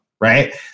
right